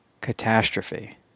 catastrophe